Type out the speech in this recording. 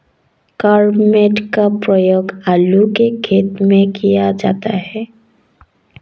carbamate का प्रयोग आलू के खेत में किया जाता है